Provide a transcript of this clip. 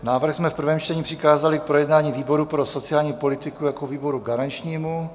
Návrh jsme v prvém čtení přikázali k projednání výboru pro sociální politiku jako výboru garančnímu.